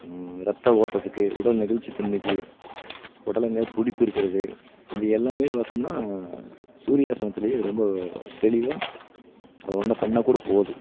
ரத்த ஓட்டத்துக்கு உடல் நெகிழ்ச்சி தன்மைக்கு உடல் அங்கே பிடிப்பு இருக்கிறது இது எல்லாமே பார்த்தம்னா சூரிய ஆசனத்துலையே ரொம்போ தெளிவாக ஒன்னு பண்ணா கூட போதும்